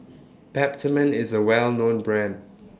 Peptamen IS A Well known Brand